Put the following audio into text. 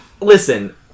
Listen